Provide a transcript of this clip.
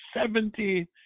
seventy